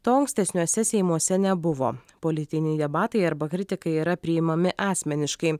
to ankstesniuose seimuose nebuvo politiniai debatai arba kritikai yra priimami asmeniškai